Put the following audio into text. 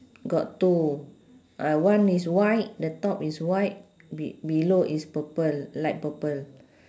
got two ah one is white the top is white be~ below is purple light purple